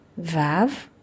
VAV